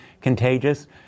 contagious